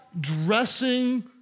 dressing